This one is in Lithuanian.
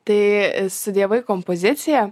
tai studijavai kompoziciją